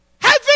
Heaven